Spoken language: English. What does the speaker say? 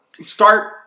start